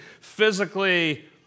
physically